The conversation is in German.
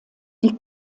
die